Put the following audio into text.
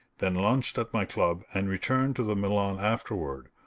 then lunched at my club and returned to the milan afterward,